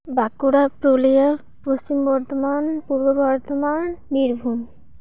Bankura Purulia Paschim Bardhaman Purba Bardhaman Birbhum